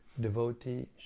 devotee